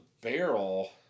barrel